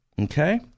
Okay